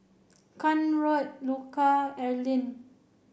Conrad Luca Erline